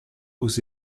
aux